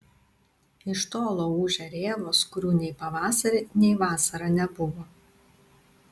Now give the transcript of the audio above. iš tolo ūžia rėvos kurių nei pavasarį nei vasarą nebuvo